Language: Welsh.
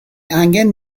angen